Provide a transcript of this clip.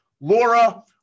Laura